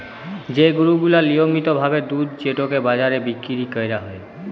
যে গরু গিলা লিয়মিত ভাবে দুধ যেটকে বাজারে বিক্কিরি ক্যরা হ্যয়